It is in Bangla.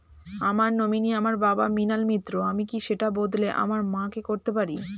আমার নমিনি আমার বাবা, মৃণাল মিত্র, আমি কি সেটা বদলে আমার মা কে করতে পারি?